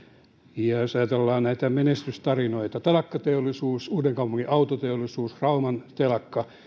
ja jos ajatellaan näitä menestystarinoita telakkateollisuus uudenkaupungin autoteollisuus rauman telakka